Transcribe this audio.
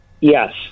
Yes